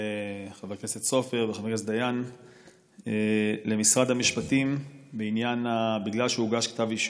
של חבר הכנסת סופר וחבר הכנסת דיין למשרד המשפטים בגלל שהוגש כתב אישום.